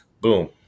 Boom